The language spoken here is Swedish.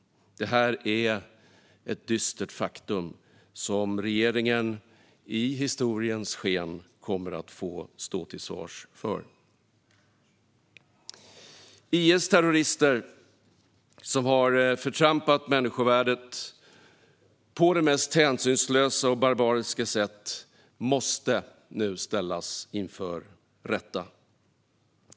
Detta är ett dystert faktum som regeringen, i historiens sken, kommer att få stå till svars för. IS terrorister, som har förtrampat människovärdet på det mest hänsynslösa och barbariska sätt, måste nu ställas inför rätta.